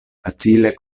facile